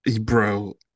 Bro